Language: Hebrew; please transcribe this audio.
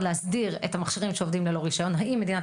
להסדיר את המכשירים שעובדים ללא רישיון האם מדינת